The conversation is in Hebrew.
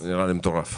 נראה לי מטורף.